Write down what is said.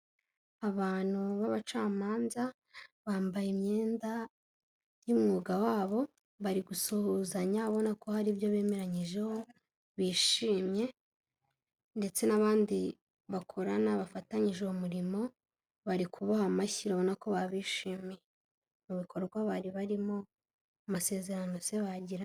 Abantu b'abacamanza bambaye imyenda y'umwuga wabo, bari gusuhuzanya ubona ko hari ibyo bemeranyijeho bishimye ndetse n'abandi bakorana bafatanyije uwo murimo, bari kubaha amashyi urabona ko babishimiye mu bikorwa bari barimo, amasezerano se bagiranye.